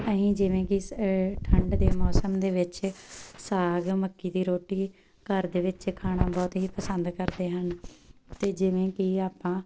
ਅਸੀਂ ਜਿਵੇਂ ਕਿ ਇਸ ਠੰਡ ਦੇ ਮੌਸਮ ਦੇ ਵਿੱਚ ਸਾਗ ਮੱਕੀ ਦੀ ਰੋਟੀ ਘਰ ਦੇ ਵਿੱਚ ਖਾਣਾ ਬਹੁਤ ਹੀ ਪਸੰਦ ਕਰਦੇ ਹਾਂ ਅਤੇ ਜਿਵੇਂ ਕਿ ਆਪਾਂ